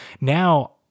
Now